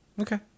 okay